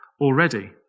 already